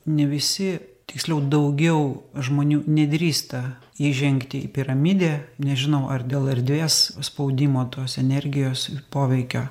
ne visi tiksliau daugiau žmonių nedrįsta įžengti į piramidę nežinau ar dėl erdvės spaudimo tos energijos poveikio